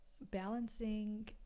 balancing